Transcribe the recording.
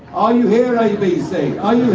are you here abc? are you